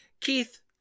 Keith